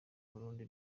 burundi